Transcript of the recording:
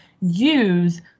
use